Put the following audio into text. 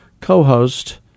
co-host